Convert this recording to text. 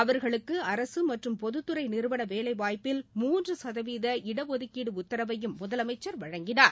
அவர்களுக்கு அரசு மற்றும் பொதுத்துறை நிறுவன வேலைவாய்ப்பில் மூன்று சதவீத இடஒதுக்கீடு உத்தரவையும் முதலமைச்சர் வழங்கினார்